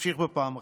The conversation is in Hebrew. אמשיך בפעם אחרת.